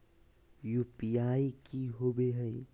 UPI की होवे हय?